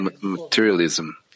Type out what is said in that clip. materialism